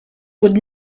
would